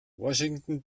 washington